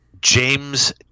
James